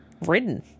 ridden